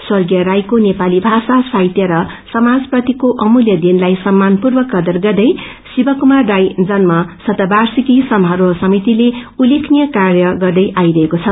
स्वर्गीय राईको नेपाली भाषा साहित्य र समाजप्रतिको अमूल्य देनलाई सम्मानपूर्व कदर गर्दै शिवकुमार राई जन्म शतवार्षिकी समारोह समितिले उल्लेखनीय कार्य गर्दै आइरहेका छ